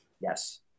Yes